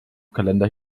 kalender